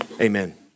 amen